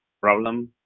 problem